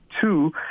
Two